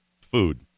food